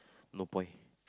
no point